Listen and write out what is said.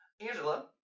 Angela